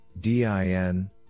DIN